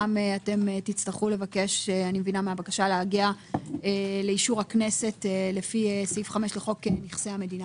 תצטרכו לבקש להגיע לאישור הכנסת לפי סעיף 5 לחוק נכסי המדינה.